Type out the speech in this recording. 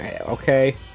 okay